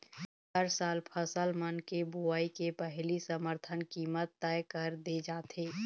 हर साल फसल मन के बोवई के पहिली समरथन कीमत तय कर दे जाथे